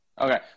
Okay